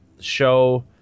show